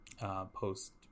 post